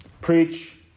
preach